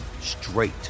straight